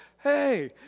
hey